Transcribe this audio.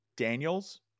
Daniels